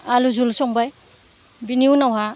आलु झल संबाय बेनि उनावहा